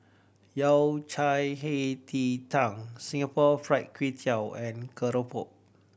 Yao Cai Hei Ji Tang Singapore Fried Kway Tiao and keropok